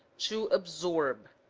to absorb